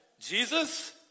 Jesus